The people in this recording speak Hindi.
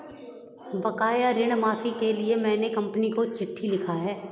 बकाया ऋण माफी के लिए मैने कंपनी को चिट्ठी लिखा है